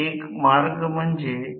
तर अनंत म्हणजे काय